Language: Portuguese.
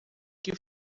que